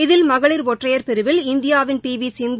இதில் மகளிர் ஒற்றையர் பிரிவில் இந்தியாவின் பி வி சிந்து